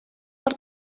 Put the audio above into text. per